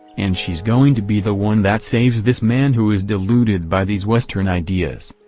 and she's going to be the one that saves this man who is deluded by these western ideas.